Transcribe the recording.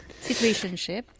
Situationship